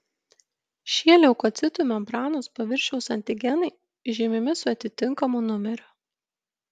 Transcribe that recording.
šie leukocitų membranos paviršiaus antigenai žymimi su atitinkamu numeriu